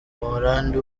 buholandi